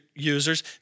users